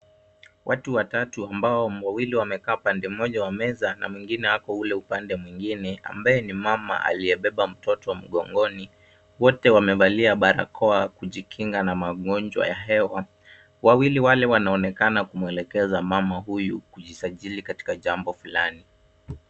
Watu watatu, ambao wawili wamekaa pande moja wa meza na mwingine ako ule upande mwingine ambaye ni mama aliyebeba mtoto mgongoni. Wote wamevalia barakoa kujikinga na magonjwa ya hewa. Wawili wale wanaonekana kumwelekeza mama huyu kujisajili katika jambo fulani.